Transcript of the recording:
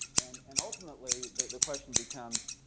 and and ultimately the question becomes,